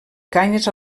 canyes